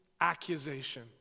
accusation